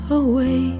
away